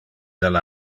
del